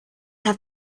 have